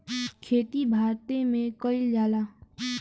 खेती भारते मे कइल जाला